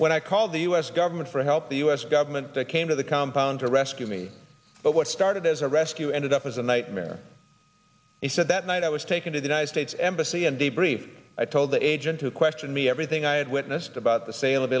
when i called the u s government for help the u s government that came to the compound to rescue me but what started as a rescue ended up as a nightmare he said that night i was taken to the united states embassy and debriefed i told the agent to question me everything i had witnessed about the sale of